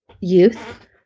youth